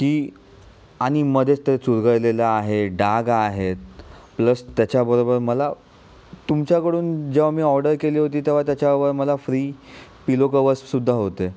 की आणिमध्ये च ते चुरगळलेलं आहे डाग आहेत प्लस त्याच्या बरोबर मला तुमच्याकडून जेव्हा मी ऑर्डर केली होती तेव्हा त्याच्यावर मला फ्री पिलो कव्हरसुद्धा होते